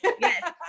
Yes